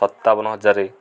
ସତାବନ ହଜାର